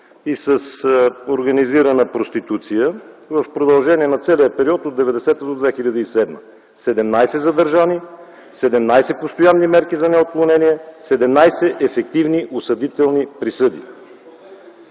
и с организирана проституция в продължение на целия период от 1990 до 2007 г. - 17 задържани, 17 постоянни мерки за неотклонение, 17 ефективни, осъдителни присъди.